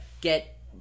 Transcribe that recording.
get